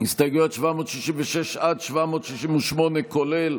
הסתייגויות 766 עד 768, כולל,